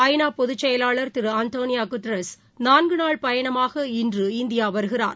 ஐநாபொதுச் செயலாளர் திருஅன்டோளியாகுட்ரஸ் நான்குநாள் பயணமாக இன்று இந்தியாவருகிறார்